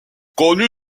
connu